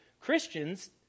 Christians